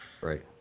right